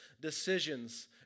decisions